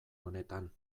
honetan